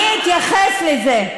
אני אתייחס לזה.